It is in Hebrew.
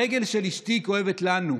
הרגל של אשתי כואבת לנו,